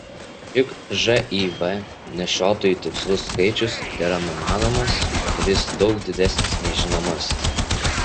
juk živ nešiotojų tikslus skaičius tėra numanomas ir jis daug didesnis nei žinomasis